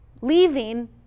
leaving